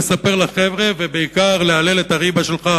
לספר לחבר'ה ובעיקר להלל את הריבה שלך,